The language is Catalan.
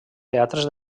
teatres